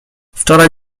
wczoraj